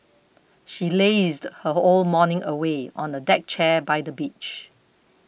she lazed her whole morning away on a deck chair by the beach